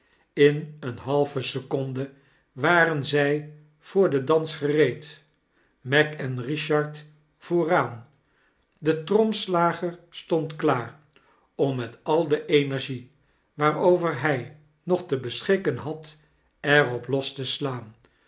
in eene halve seoonde waren zij voor den dans gereed meg en richard vooraan de tromslageir stond klaar om met al de energie waarover hij nog te heschikken had er op los te slaan